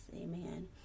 Amen